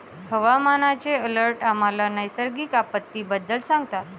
हवामानाचे अलर्ट आम्हाला नैसर्गिक आपत्तींबद्दल सांगतात